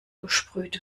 gesprüht